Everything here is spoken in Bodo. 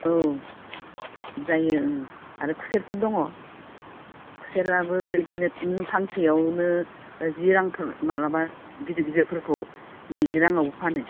औ जायो ओंं आरो खुसेरफोर दङ खुसेराबो बिदिनो फांसेयावनो जि रांफोर माब्लाबा गिदिर गिदिरफोरखौ नैजि राङावबो फानो